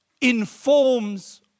informs